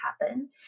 happen